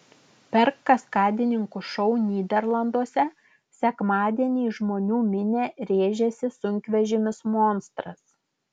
per kaskadininkų šou nyderlanduose sekmadienį į žmonų minią rėžėsi sunkvežimis monstras